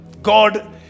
God